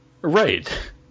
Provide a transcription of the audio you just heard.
Right